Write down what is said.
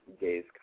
days